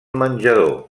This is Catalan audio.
menjador